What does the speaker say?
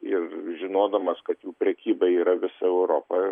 ir žinodamas kad jų prekyba yra visa europa